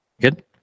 good